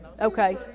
Okay